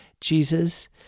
Jesus